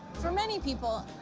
for many people,